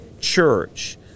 church